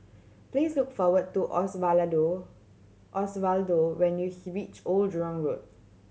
please look for what do Osvaldo Osvaldo when you he reach Old Jurong Road